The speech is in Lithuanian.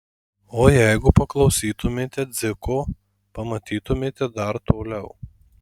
o jeigu paklausytumėte dziko pamatytumėte dar toliau